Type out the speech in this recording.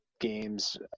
games